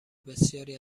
بسیاری